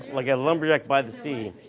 like a lumberjack by the sea.